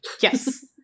yes